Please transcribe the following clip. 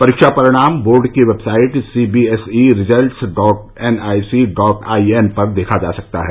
परीक्षा परिणाम बोर्ड की website C B S E results dot N I C dot I N पर देखा जा सकता है